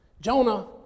Jonah